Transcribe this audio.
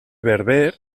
berber